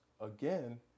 again